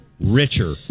Richer